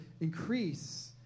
increase